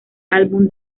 álbum